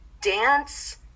dance